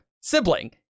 sibling